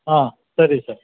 ಹಾಂ ಸರಿ ಸರ್